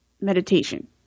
meditation